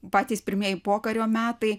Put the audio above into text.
patys pirmieji pokario metai